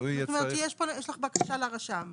זאת אומרת יש לך בקשה לרשם.